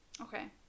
Okay